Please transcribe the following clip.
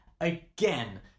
again